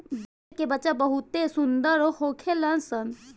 भेड़ के बच्चा बहुते सुंदर होखेल सन